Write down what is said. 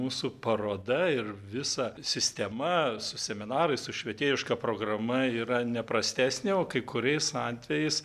mūsų paroda ir visa sistema su seminarais su švietėjiška programa yra neprastesnė o kai kuriais atvejais